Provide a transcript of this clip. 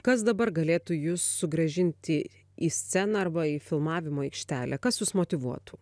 kas dabar galėtų jus sugrąžinti į sceną arba į filmavimo aikštelę kas jus motyvuotų